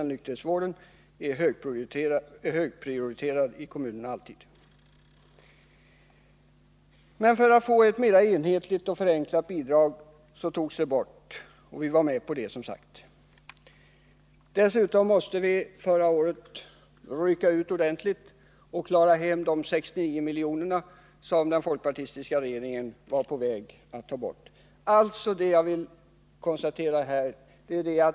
Det var för att få mera enhetlighet och ett förenklat bidrag som bidraget till kommunal nykterhetsvård togs bort och pengarna i stället skulle inräknas i det allmänna skatteutjämningsbidraget — och vi var som sagt med på det. Förra året var vi också tvungna att ordentligt rycka ut för att klara hem de 69 milj.kr. till kommunerna som den folkpartistiska regeringen var på väg att ta bort. Jag vill göra följande konstaterande.